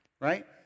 right